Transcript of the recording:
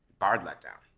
guard let down